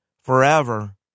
forever